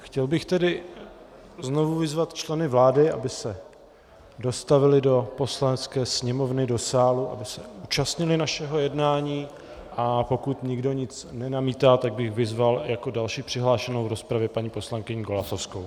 Chtěl bych tedy znovu vyzvat členy vlády, aby se dostavili do Poslanecké sněmovny, do sálu, aby se účastnili našeho jednání, a pokud nikdo nic nenamítá, tak bych vyzval jako další přihlášenou v rozpravě paní poslankyni Golasowskou.